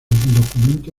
documento